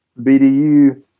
BDU